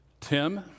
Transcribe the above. Tim